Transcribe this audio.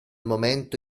momento